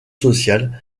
social